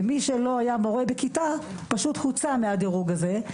ומי שלא היה מורה בכיתה פשוט הוצא מהדירוג הזה,